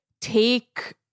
take